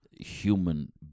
human